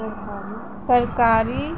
सरकारी